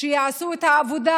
שיעשו את העבודה: